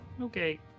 Okay